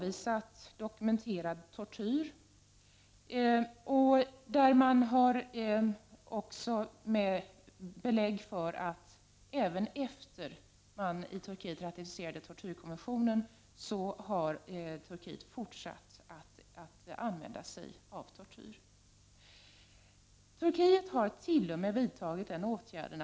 I rapporterna finns också belägg för att man i Turkiet har fortsatt att använda sig av tortyr även efter det att man ratificerade tortyrkonventionen.